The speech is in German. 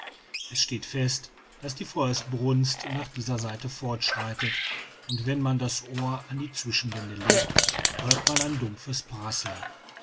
es steht fest daß die feuersbrunst nach dieser seite fortschreitet und wenn man das ohr an die zwischenwände legt hört man ein dumpfes prasseln